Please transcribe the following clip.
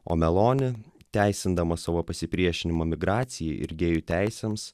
o malonę teisindamas savo pasipriešinimo migracijai ir gėjų teisėms